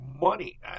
money